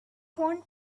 want